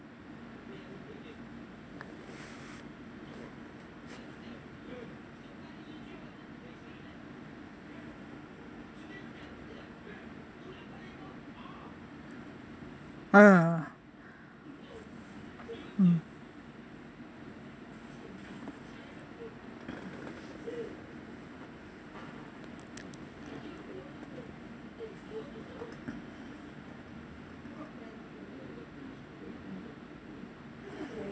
ah mm